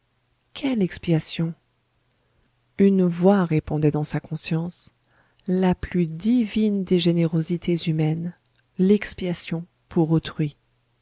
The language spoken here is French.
quelle expiation une voix répondait dans sa conscience la plus divine des générosités humaines l'expiation pour autrui